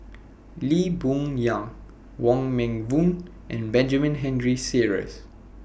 Lee Boon Yang Wong Meng Voon and Benjamin Henry Sheares